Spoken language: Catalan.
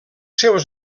seus